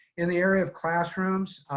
in the area of classrooms,